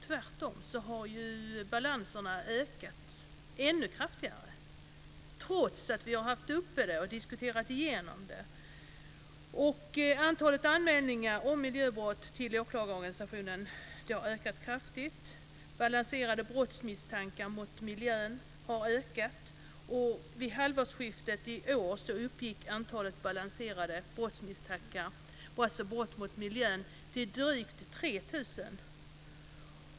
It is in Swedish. Tvärtom har balanserna ökat ännu mer, trots att frågan har diskuterats. Antalet anmälningar av miljöbrott till åklagarorganisationen har ökat kraftigt, och balansen av misstankar om miljöbrott har ökat. Vid halvårsskiftet i år uppgick balansen av misstankar om miljöbrott till drygt 3 000.